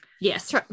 yes